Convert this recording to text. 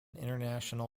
international